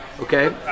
okay